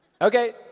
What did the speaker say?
Okay